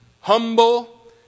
humble